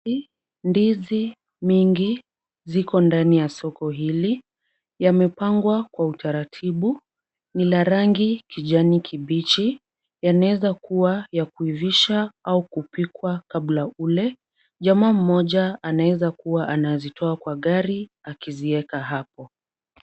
Hii ndizi mingi ziko ndani ya soko hili, yamepangwa kwa utaratibu ni la rangi kijani kibichi yanaweza kuwa ya kuivisha au kupikwa kabla ule, jamaa mmoja anaweza kuwa anazitoa kwa gari akizieka hapo.